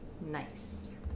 Nice